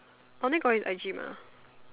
I only got his I_G mah